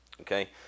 okay